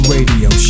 Radio